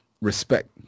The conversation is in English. respect